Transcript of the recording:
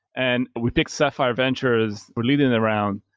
and we picked sapphire ventures leading the round,